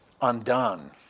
undone